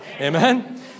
Amen